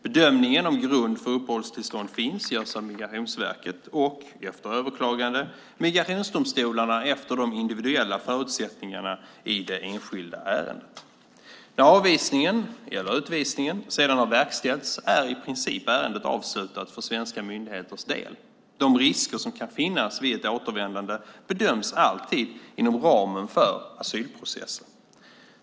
Bedömningen om grund för uppehållstillstånd finns görs av Migrationsverket och, efter överklagande, migrationsdomstolarna utifrån de individuella förutsättningarna i det enskilda ärendet. När avvisningen eller utvisningen sedan har verkställts är i princip ärendet avslutat för svenska myndigheters del. De risker som kan finnas vid ett återvändande bedöms alltid inom ramen för asylprocessen.